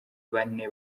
bane